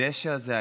הדשא הזה,